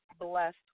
blessed